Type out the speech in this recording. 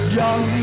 young